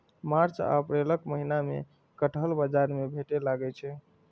मार्च आ अप्रैलक महीना मे कटहल बाजार मे भेटै लागै छै